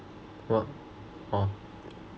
what oh